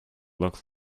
look